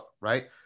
right